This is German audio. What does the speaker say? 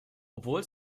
obwohl